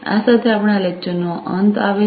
આ સાથે આપણે આ લેકચરનો અંત આવે છે